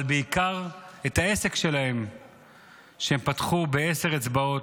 אבל בעיקר את העסק שלהם שהם פתחו בעשר אצבעות,